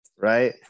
right